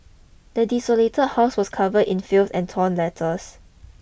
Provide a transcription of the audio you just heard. the desolated house was covered in filth and torn letters